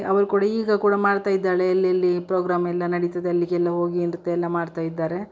ಅವ್ರು ಕೂಡ ಈಗ ಕೂಡ ಮಾಡ್ತಾ ಇದ್ದಾಳೆ ಎಲ್ಲೆಲ್ಲಿ ಪ್ರೋಗ್ರಾಮ್ ಎಲ್ಲ ನಡೀತದೆ ಅಲ್ಲಿಗೆಲ್ಲ ಹೋಗಿ ನೃತ್ಯ ಎಲ್ಲ ಮಾಡ್ತಾ ಇದ್ದಾರೆ